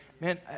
man